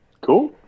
Cool